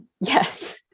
Yes